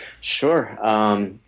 Sure